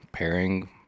Pairing